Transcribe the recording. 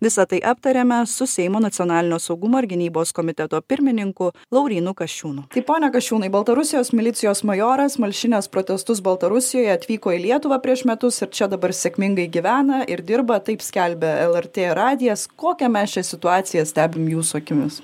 visa tai aptarėme su seimo nacionalinio saugumo ir gynybos komiteto pirmininku laurynu kasčiūnu tai pone kasčiūnai baltarusijos milicijos majoras malšinęs protestus baltarusijoje atvyko į lietuvą prieš metus ir čia dabar sėkmingai gyvena ir dirba taip skelbia lrt radijas kokią mes čia situaciją stebim jūsų akimis